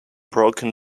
broken